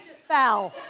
fell.